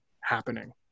happening